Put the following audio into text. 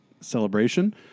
celebration